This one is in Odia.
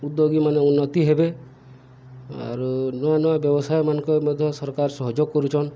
ଉଦ୍ୟୋଗୀ ମାନେ ଉନ୍ନତି ହେବେ ଆରୁ ନୂଆ ନୂଆ ବ୍ୟବସାୟମାନଙ୍କେ ମଧ୍ୟ ସରକାର ସହଯୋଗ କରୁଚନ୍